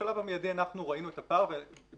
בשלב המידי אנחנו ראינו את הפער ובשביל